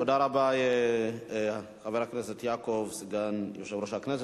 תודה רבה, חבר הכנסת יעקב, סגן יושב-ראש הכנסת.